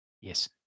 Yes